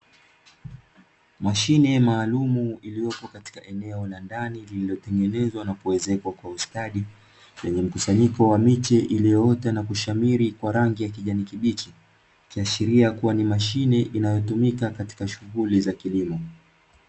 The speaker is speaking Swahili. mashine maalumu iliyopo katika eneo la ndani iliyotengenezwa na kuezekwa kwa ustadi ,lenye mikusanyiko ya miche iliyeota na kushamiri kwa rangi ya kijani kibichi ikiashiria kuwa ni mashine inayotumika katika shunghuli za kilimo .